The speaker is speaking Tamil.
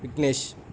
விக்னேஷ்